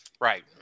Right